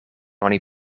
oni